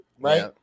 right